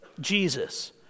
Jesus